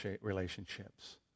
relationships